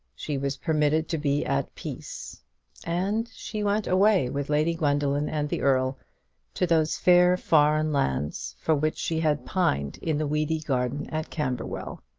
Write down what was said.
she was permitted to be at peace and she went away with lady gwendoline and the earl to those fair foreign lands for which she had pined in the weedy garden at camberwell.